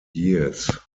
years